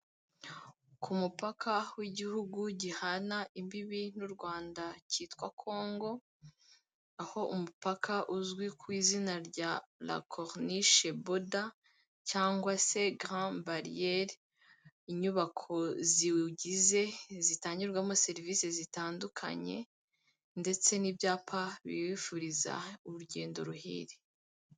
Ku mupaka w'igihugu gihana imbibi n'u Rwanda cyitwa Kongo aho umupaka uzwi ku izina rya Lakoronishe boda cyangwa se garande bariyeri, inyubako ziwugize zitangirwamo serivisi zitandukanye ndetse n'ibyapa bibifuriza urugendo ruhire.